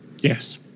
Yes